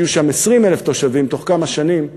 שיהיו שם 20,000 תושבים בתוך כמה שנים,